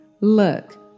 Look